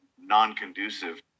non-conducive